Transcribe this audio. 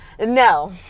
No